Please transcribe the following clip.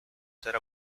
ser